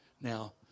Now